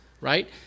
right